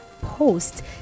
Post